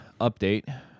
update